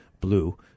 blue